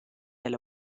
ella